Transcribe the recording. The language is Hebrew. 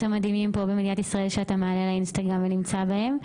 המדהימים פה במדינת ישראל שאתה מעלה לאינסטגרם ונמצא בהם,